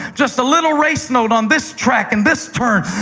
just a little race note on this track and this turn.